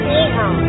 over